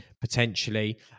potentially